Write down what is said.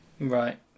Right